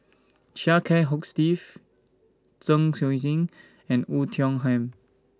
Chia Kiah Hong Steve Zeng Shouyin and Oei Tiong Ham